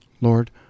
Lord